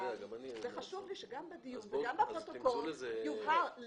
וחשוב לי שגם בדיון וגם בפרוטוקול יובהרו.